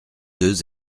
deux